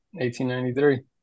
1893